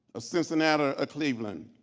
a cincinnati, a cleveland,